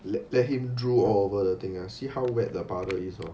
let let him drool all over the thing see how wet the puddle is ah